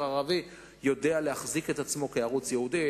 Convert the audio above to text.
הערבי יודע להחזיק את עצמו כערוץ ייעודי.